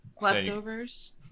leftovers